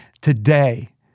today